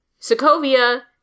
Sokovia